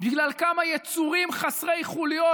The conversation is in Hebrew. בגלל כמה יצורים חסרי חוליות,